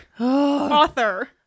author